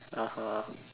(uh huh)